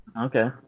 Okay